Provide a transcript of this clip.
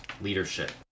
leadership